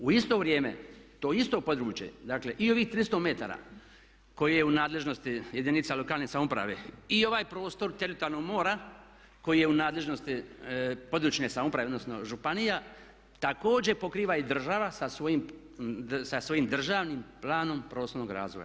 U isto vrijeme to isto područje, dakle i ovih 300 metara koje je u nadležnosti jedinica lokalne samouprave i ovaj prostor teritorijalnog mora koji je u nadležnosti područne samouprave, odnosno županija također pokriva i država sa svojim državnim planom prostornog razvoja.